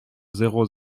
zéro